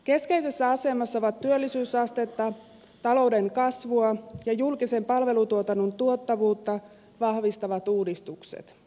keskeisessä asemassa ovat työllisyysastetta talouden kasvua ja julkisen palvelutuotannon tuottavuutta vahvistavat uudistukset